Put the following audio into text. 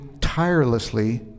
tirelessly